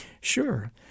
Sure